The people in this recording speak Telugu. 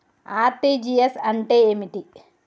ఆర్.టి.జి.ఎస్ అంటే ఏమిటి?